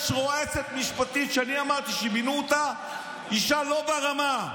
יש רועצת משפטית שאני אמרתי כשמינו אותה: אישה לא ברמה.